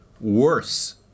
worse